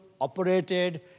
operated